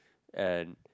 and